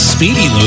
Speedy